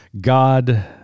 God